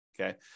Okay